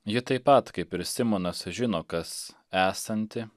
ji taip pat kaip ir simonas žino kas esanti